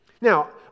Now